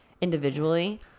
individually